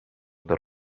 per